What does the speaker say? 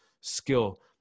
skill